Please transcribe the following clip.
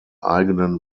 eigenen